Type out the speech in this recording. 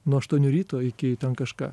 nuo aštuonių ryto iki ten kažką